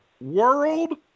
world